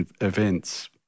events